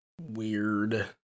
Weird